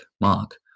mark